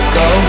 go